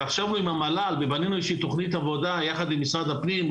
ישבנו עם המל"ל ובנינו תוכנית עבודה יחד עם משרד הפנים,